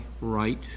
right